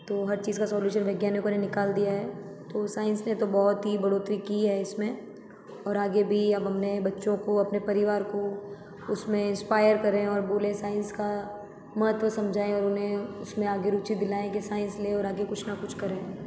तो हर चीज़ का सोलूशन वैज्ञानिकों ने निकाल दिया है तो साइंस ने तो बहुत ही बढ़ोत्तरी की है इसमें और आगे भी अब हमने बच्चों को अपने परिवार को उसमें इंस्पायर करें और बोलें साइंस का महत्व समझाएं और उन्हें उसमें आगे रूचि दिलाएं के साइंस लें और आगे कुछ न कुछ करें